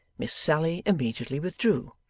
miss sally immediately withdrew.